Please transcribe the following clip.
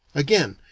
again,